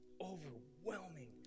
overwhelming